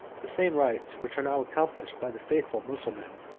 the same rites which are now accomplished by the faithful mussulman,